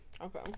Okay